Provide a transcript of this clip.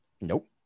Nope